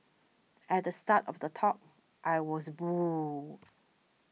at the start of the talk I was booed